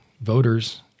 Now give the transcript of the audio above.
voters